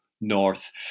north